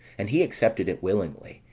and he accepted it willingly,